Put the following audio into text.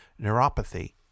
neuropathy